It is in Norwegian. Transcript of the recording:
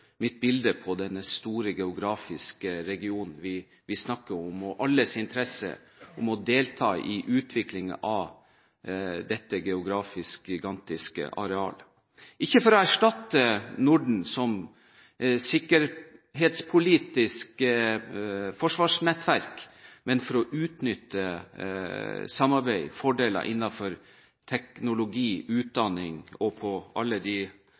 mitt bilde på den store geografiske regionen vi snakker om, og alles interesse av å delta i utviklingen av dette geografisk gigantiske arealet – ikke for å erstatte Norden som sikkerhetspolitisk forsvarsnettverk, men for å utnytte samarbeid og fordeler innenfor teknologi, utdanning og alle de